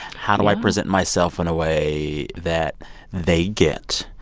how do i present myself in a way that they get,